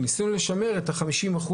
וניסינו לשמר את ה-50%